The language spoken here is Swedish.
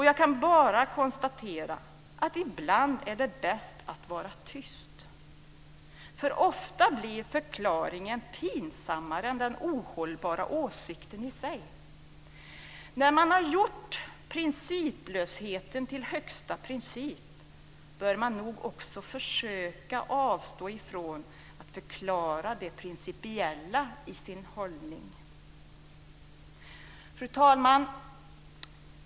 Jag kan bara konstatera att det ibland är bäst att vara tyst. Ofta blir förklaringen pinsammare än den ohållbara åsikten i sig. När man har gjort principlösheten till högsta princip bör man nog också försöka avstå ifrån att förklara det principiella i sin hållning. Fru talman!